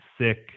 sick